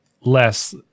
less